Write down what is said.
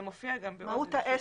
מהות העסק.